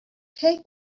take